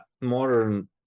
modern